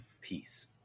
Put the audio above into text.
Peace